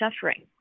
suffering